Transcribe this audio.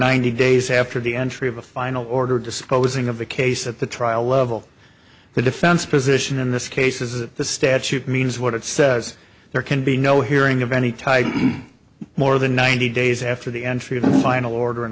ninety days after the entry of a final order disposing of the case at the trial level the defense position in this case is that the statute means what it says there can be no hearing of any type more than ninety days after the entry of the final order in